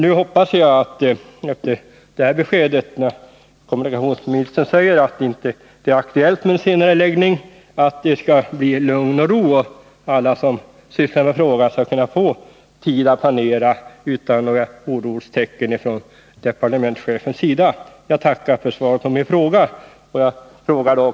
Nu hoppas jag att det efter det besked som här lämnats av kommunikationsministern — att det inte är aktuellt med senareläggning — skall bli lugn och ro och att alla som sysslar med frågan skall kunna få tid att planera utan några orostecken från departementschefens sida. Jag tackar för svaret på min fråga.